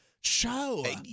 show